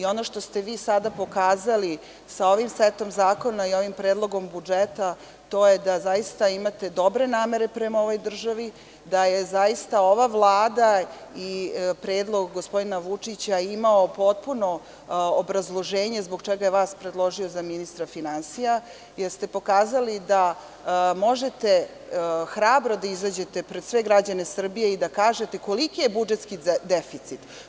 Ono što ste vi sada pokazali sa ovim setom zakona i ovim predlogom budžeta to je da zaista imate dobre namere prema ovoj državi, da je zaista ova Vlada i predlog gospodina Vučića imao potpuno obrazloženje zbog čega je vas predložio za ministra finansija, jer ste pokazali da možete hrabro da izađete pred sve građane Srbije i da kažete koliki je budžetski deficit.